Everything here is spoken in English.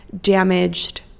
damaged